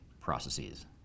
processes